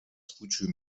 случаю